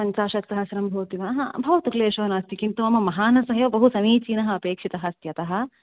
पञ्चाशत् सहस्रं भवति वा भवतु क्लेशो नास्ति किन्तु मम महानसः एव बहु समीचीनः अपेक्षितः अस्ति अतः